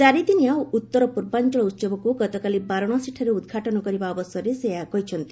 ଚାରିଦିନିଆ ଉତ୍ତର ପୂର୍ବାଞ୍ଚଳ ଉତ୍ସବକୁ ଗତକାଲି ବାରଣାସୀଠାରେ ଉଦ୍ଘାଟନ କରିବା ଅବସରରେ ସେ ଏହା କହିଛନ୍ତି